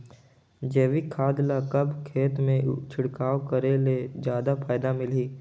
जैविक खाद ल कब खेत मे छिड़काव करे ले जादा फायदा मिलही?